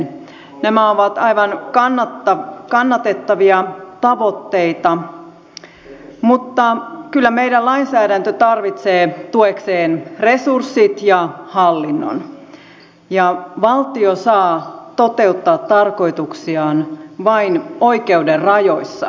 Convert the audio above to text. nämä ovat aivan kannatettavia tavoitteita mutta kyllä meidän lainsäädäntömme tarvitsee tuekseen resurssit ja hallinnon ja valtio saa toteuttaa tarkoituksiaan vain oikeuden rajoissa